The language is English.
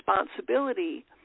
responsibility